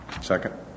Second